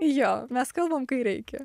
jo mes kalbam kai reikia